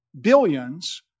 billions